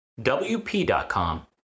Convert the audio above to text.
WP.com